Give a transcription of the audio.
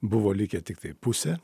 buvo likę tiktai pusė